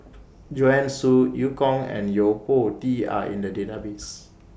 Joanne Soo EU Kong and Yo Po Tee Are in The Database